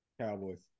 Cowboys